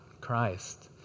Christ